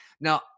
Now